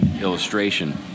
illustration